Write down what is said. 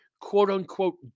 quote-unquote